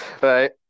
Right